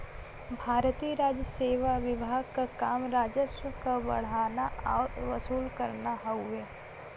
भारतीय राजसेवा विभाग क काम राजस्व क बढ़ाना आउर वसूल करना हउवे